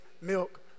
milk